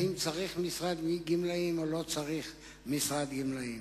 האם צריך משרד גמלאים או לא צריך משרד גמלאים.